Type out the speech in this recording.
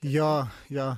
jo jo